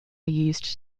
used